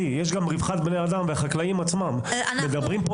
גברתי, יש גם רווחת בני אדם.